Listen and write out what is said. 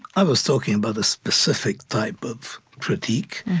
i was talking about a specific type of critique,